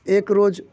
एक रोज